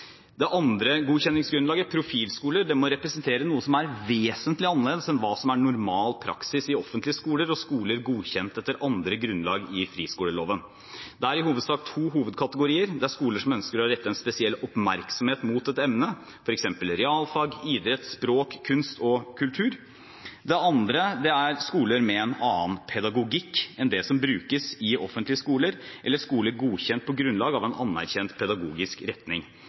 Det andre godkjenningsgrunnlaget, profilskoler, må representere noe som er vesentlig annerledes enn hva som er normal praksis i offentlige skoler og skoler godkjent etter andre grunnlag i friskoleloven. Det er i hovedsak to hovedkategorier. Det er skoler som ønsker å rette en spesiell oppmerksomhet mot et emne, f.eks. realfag, idrett, språk, kunst og kultur. Det andre er skoler med en annen pedagogikk enn det som brukes i offentlige skoler eller skoler godkjent på grunnlag av en anerkjent pedagogisk retning.